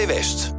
West